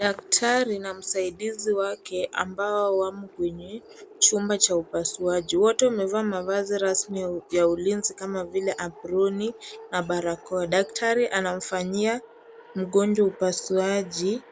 Daktari na msaidizi wake ambao wamo kwenye chumba cha upasuaji, wote wamevaa mavazi rasmi ya ulinzi kama vile aproni na barakoa, daktari anamfanyia mgonjwa upasuaji